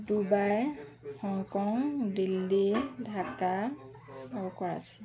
Dubai Hong Kong Delhi Dhaka আৰু কৰাচী